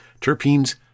Terpenes